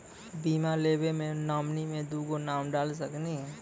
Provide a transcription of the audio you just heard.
बीमा लेवे मे नॉमिनी मे दुगो नाम डाल सकनी?